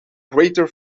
greater